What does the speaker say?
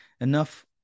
enough